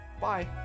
Bye